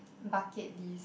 bucket list